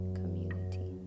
community